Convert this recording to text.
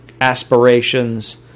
aspirations